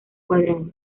cuadrado